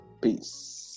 peace